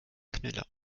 knüller